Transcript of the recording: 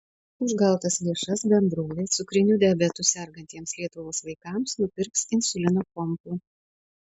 už gautas lėšas bendrovė cukriniu diabetu sergantiems lietuvos vaikams nupirks insulino pompų